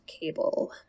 cable